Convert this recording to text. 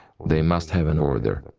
they must have and order.